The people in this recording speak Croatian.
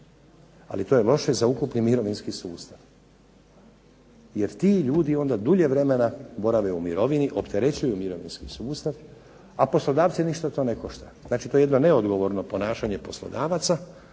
ali to je loše za ukupni mirovinski sustav, jer ti ljudi onda dulje vremena borave u mirovini, opterećuju mirovinski sustav, a poslodavce to ništa ne košta. Znači to je jedno neodgovorno ponašanje poslodavaca,